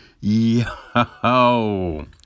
yo